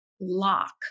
lock